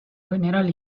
general